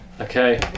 okay